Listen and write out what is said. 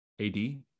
AD